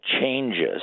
changes